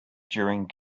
during